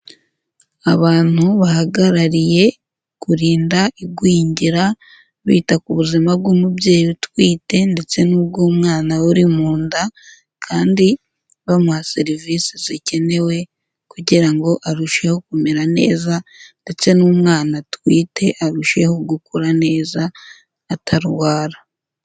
Abantu bahagarariye kurinda igwingira bita ku buzima bw'umubyeyi utwite ndetse n'ubw'umwana uri mu nda kandi bamuha serivisi zikenewe kugira ngo arusheho kumera neza ndetse n'umwana atwite arusheho gukura neza atarwara.